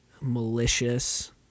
malicious